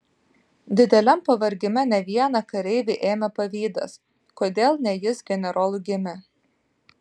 dideliam pavargime ne vieną kareivį ėmė pavydas kodėl ne jis generolu gimė